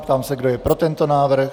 Ptám se, kdo je pro tento návrh.